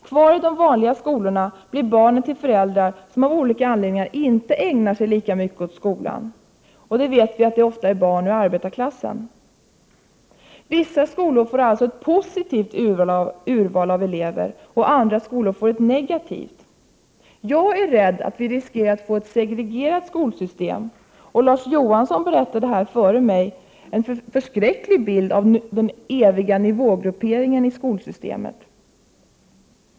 Kvar i de vanliga skolorna blir barnen till föräldrar som av olika anledningar inte ägnar sig lika mycket åt skolan. Vi vet att det ofta är barn ur arbetarklassen. Vissa skolor får ett positivt urval av elever, och andra skolor får ett negativt. Jag är rädd för att vi riskerar att få ett segregerat skolsystem. Larz Johansson beskrev en förskräcklig bild av den eviga nivågrupperingen i skolsystemet.